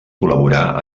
col·laborà